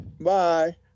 Bye